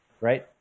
right